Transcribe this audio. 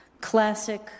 classic